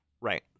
Right